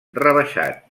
rebaixat